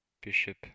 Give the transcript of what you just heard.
Bishop